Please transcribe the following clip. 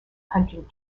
hunting